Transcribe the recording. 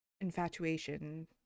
infatuation